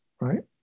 right